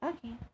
Okay